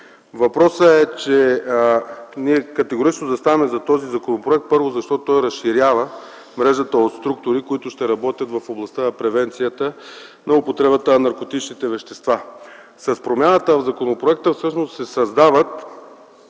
производство. Ние категорично заставаме зад този законопроект, първо, защото той разширява мрежата от структури, които ще работят в областта на превенцията на употребата на наркотичните вещества. С промяната в законопроекта всъщност се създават